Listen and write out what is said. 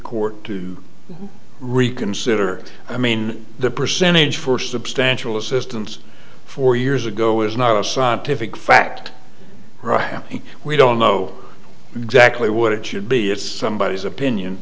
court to reconsider i mean the percentage for substantial assistance four years ago is not a scientific fact right now and we don't know exactly what it should be if somebody is opinion